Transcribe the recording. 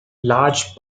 large